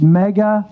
mega